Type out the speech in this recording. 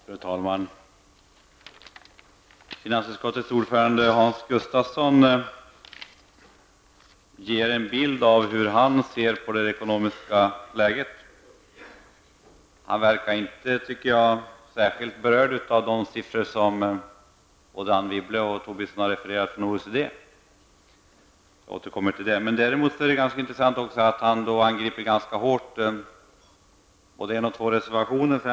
Fru talman! Finansutskottets ordförande Hans Gustafsson ger en bild av hur han ser på det ekonomiska läget. Han verkar inte särskilt berörd av de siffror som både Anne Wibble och Lars Tobisson har refererat från OECD. Jag återkommer till det. Det är intressant att Hans Gustafsson angriper ett par reservationer.